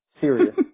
serious